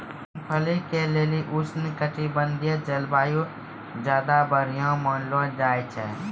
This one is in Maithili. मूंगफली के लेली उष्णकटिबंधिय जलवायु ज्यादा बढ़िया मानलो जाय छै